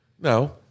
no